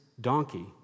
donkey